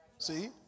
See